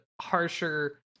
harsher